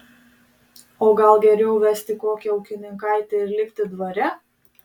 o gal geriau vesti kokią ūkininkaitę ir likti dvare